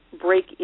break